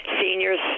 seniors